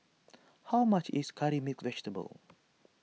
how much is Curry Mixed Vegetable